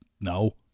No